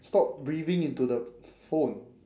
stop breathing into the phone